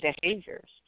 behaviors